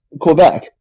Quebec